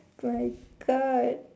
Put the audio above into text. white card